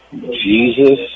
Jesus